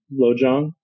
Lojong